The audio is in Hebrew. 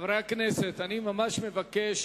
חברי הכנסת, אני ממש מבקש